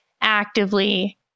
actively